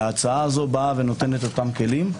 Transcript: ההצעה הזאת נותנת אותם כלים,